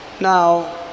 Now